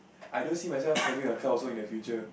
I don't see myself having a car also in the future